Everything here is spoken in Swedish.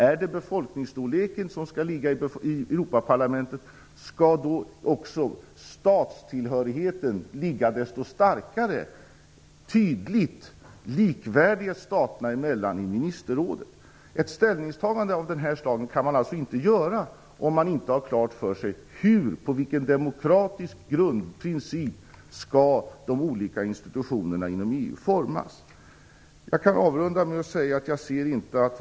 Är det befolkningsstorleken som skall ligga till grund i Europaparlamentet? Skall statstillhörigheten då också ligga starkare och tydligt likvärdig staterna emellan i ministerrådet? Man kan alltså inte göra ett ställningstagande av det här slaget om man inte har klart för sig på vilken demokratisk grundprincip de olika institutionerna inom EU skall formas.